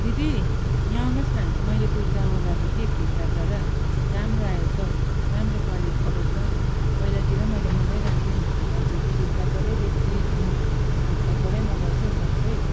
दिदी यहाँ आउनु होस् न मैले कुर्ता मगाएको कि फ्लिपकार्टबाट राम्रो आएछ हौ राम्रो क्वालिटी रहेछ पहिलातिर मैले मगाइरहन्थे नि हजुर फ्लिपकार्टबाटै बेसी त फ्लिपकार्टबाटै मगाउँछु सबै